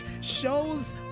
shows